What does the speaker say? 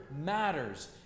matters